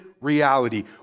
reality